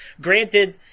Granted